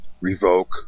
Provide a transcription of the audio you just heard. revoke